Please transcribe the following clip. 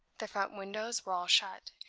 the front windows were all shut,